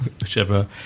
whichever